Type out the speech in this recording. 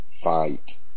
fight